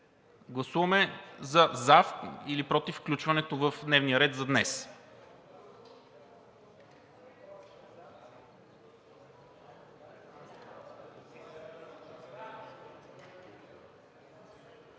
Гласуваме за или против включването в дневния ред за днес.